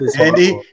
Andy